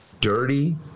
dirty